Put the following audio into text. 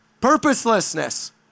Purposelessness